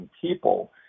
people